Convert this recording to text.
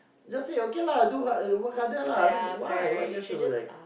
just say okay lah do hard work harder lah I mean why why do you have to like